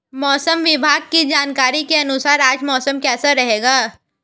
मौसम विभाग की जानकारी के अनुसार आज मौसम कैसा रहेगा?